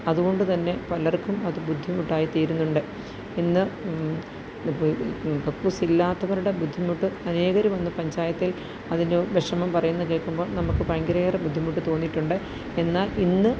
അതുകൊണ്ടുതന്നെ പലർക്കും അതു ബുദ്ധിമുട്ടായിത്തീരുന്നുണ്ട് ഇന്ന് കക്കൂസില്ലാത്തവരുടെ ബുദ്ധിമുട്ട് അനേകർ വന്നു പഞ്ചായത്തിൽ അതിൻ്റെ വിഷമം പറയുന്നതു കേൾക്കുമ്പോൾ നമുക്ക് ഭയങ്കരയേറെ ബുദ്ധിമുട്ടു തോന്നിയിട്ടുണ്ട് എന്നാൽ ഇന്ന്